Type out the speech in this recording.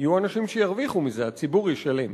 יהיו אנשים שירוויחו מזה, הציבור ישלם.